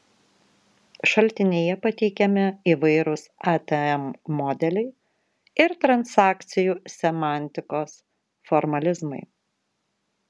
šaltinyje pateikiami įvairūs atm modeliai ir transakcijų semantikos formalizmai